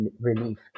relief